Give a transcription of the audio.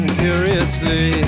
curiously